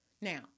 Now